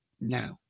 now